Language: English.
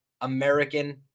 American